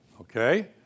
Okay